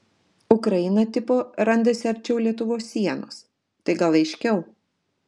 ukraina tipo randasi arčiau lietuvos sienos tai gal aiškiau